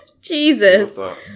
Jesus